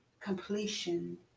completion